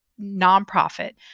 nonprofit